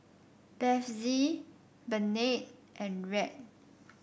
Bethzy Bernadette and Rhett